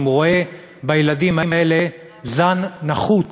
הוא רואה בילדים האלה זן נחות